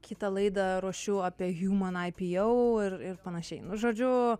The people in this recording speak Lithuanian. kitą laidą ruošiu apie human ipo ir ir panašiai žodžiu